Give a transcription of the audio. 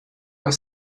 aus